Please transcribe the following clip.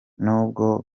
n’ubwo